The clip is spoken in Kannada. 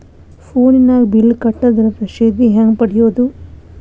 ಫೋನಿನಾಗ ಬಿಲ್ ಕಟ್ಟದ್ರ ರಶೇದಿ ಹೆಂಗ್ ಪಡೆಯೋದು?